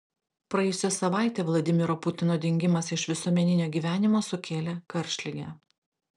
praėjusią savaitę vladimiro putino dingimas iš visuomeninio gyvenimo sukėlė karštligę